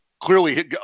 clearly